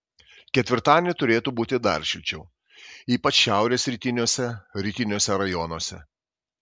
ketvirtadienį turėtų būti dar šilčiau ypač šiaurės rytiniuose rytiniuose rajonuose